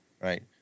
right